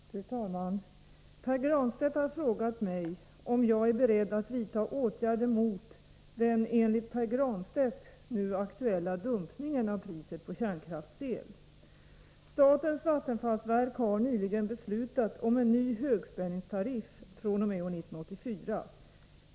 Fru talman! Pär Granstedt har frågat mig om jag är beredd att vidta åtgärder mot den enligt Pär Granstedt nu aktuella dumpningen av priset på kärnkraftsel. Statens vattenfallsverk har nyligen beslutat om en ny högspänningstariff fr.o.m. år 1984.